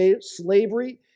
slavery